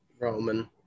Roman